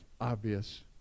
obvious